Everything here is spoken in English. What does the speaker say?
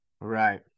Right